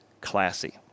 classy